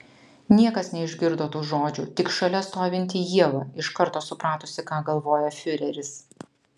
niekas neišgirdo tų žodžių tik šalia stovinti ieva iš karto supratusi ką galvoja fiureris